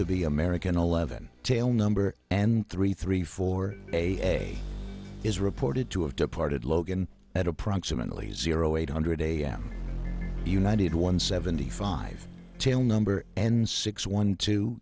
to be american eleven tail number and three three four a is reported to have departed logan at approximately zero eight hundred a m united one seventy five tail number n six one to